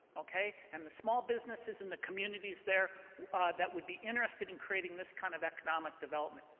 ok, and the small businesses in the communities there that would be interested in creating this kind of economic development.